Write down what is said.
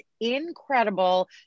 incredible